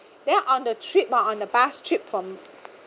then on the trip on the bus trip from